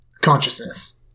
consciousness